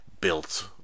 built